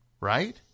Right